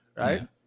right